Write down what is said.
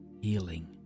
healing